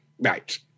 Right